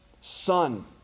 Son